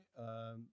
Okay